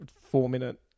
four-minute